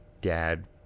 dad